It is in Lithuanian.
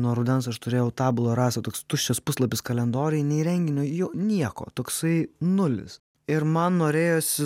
nuo rudens aš turėjau tabula rasa toks tuščias puslapis kalendoriuj nei renginio jau nieko toksai nulis ir man norėjosi